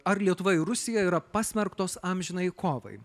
ar lietuva ir rusija yra pasmerktos amžinai kovai